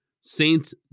Saints